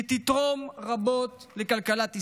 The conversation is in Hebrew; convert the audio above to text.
שתתרום רבות לכלכלת ישראל.